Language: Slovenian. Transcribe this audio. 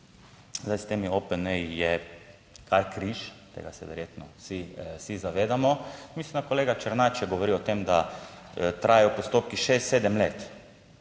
Zdaj, s temi OPN-ji je kar križ, tega se verjetno vsi, vsi zavedamo, mislim, da kolega Černač je govoril o tem, da trajajo postopki šest, sedem let.